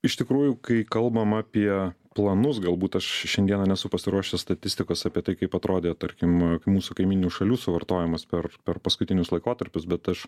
iš tikrųjų kai kalbam apie planus galbūt aš šiandieną nesu pasiruošęs statistikos apie tai kaip atrodė tarkim mūsų kaimyninių šalių suvartojimas per per paskutinius laikotarpius bet aš